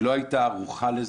היא לא הייתה ערוכה לזה.